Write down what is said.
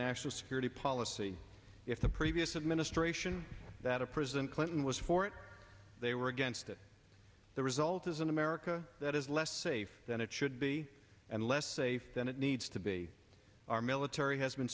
national security policy if the previous administration that a prison clinton was for it they were against it the result is an america that is less safe than it should be and less safe than it needs to be our military has been